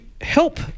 help